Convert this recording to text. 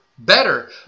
better